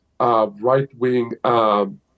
Right-wing